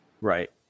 Right